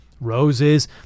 roses